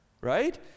right